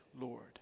Lord